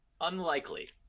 Unlikely